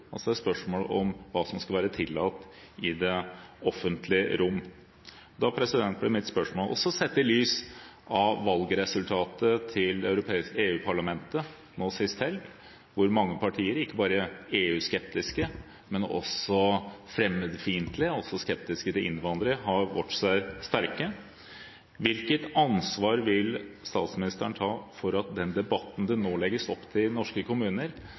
spørsmål om hva som skal være tillatt i det offentlige rom. Sett også i lys av valgresultatet til Europaparlamentet sist helg, hvor mange partier, ikke bare EU-skeptiske, men også fremmedfiendtlige og innvandringsskeptiske, har vokst seg sterke, blir mitt spørsmål: Hvilket ansvar vil statsministeren ta for at den debatten det nå legges opp til norske kommuner,